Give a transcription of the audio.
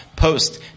post